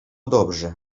dobrze